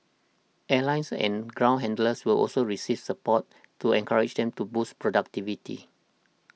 airlines and ground handlers will also receive support to encourage them to boost productivity